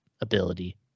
ability